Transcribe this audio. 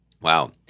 Wow